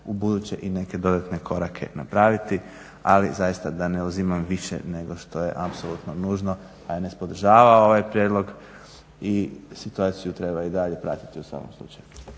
ubuduće i neke dodatne korake napraviti, ali zaista da ne uzimam više nego što je apsolutno nužno, HNS podržava ovaj prijedlog i situaciju treba i dalje pratiti u svakom slučaju.